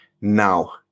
Now